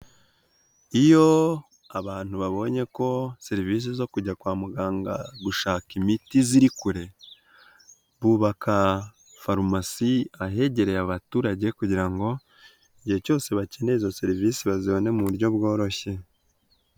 Iyo abantu babonye ko serivisi zo kujya kwa muganga gushaka imiti ziri kure, bubaka farumasi ahegereye abaturage kugira ngo igihe cyose bakeneye izo serivisi bazibone mu buryo bworoshye.